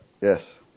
yes